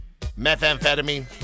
Methamphetamine